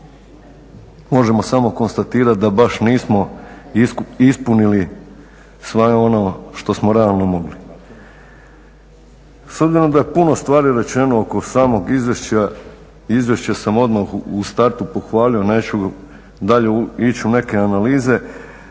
možemo samo konstatirati da baš nismo ispunili sve ono što smo realno mogli. S obzirom da je puno stvari rečeno oko samog izvješća, izvješće sam odmah u startu pohvalio, neću dalje ići u neke analize,